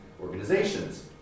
organizations